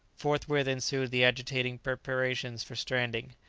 forthwith ensued the agitating preparations for stranding.